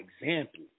example